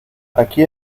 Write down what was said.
aquí